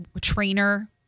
trainer